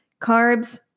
carbs